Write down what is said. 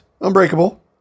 Unbreakable